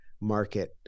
market